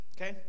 Okay